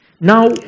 Now